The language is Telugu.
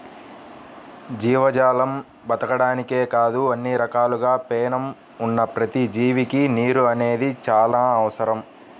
జీవజాలం బతకడానికే కాదు అన్ని రకాలుగా పేణం ఉన్న ప్రతి జీవికి నీరు అనేది చానా అవసరం